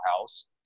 house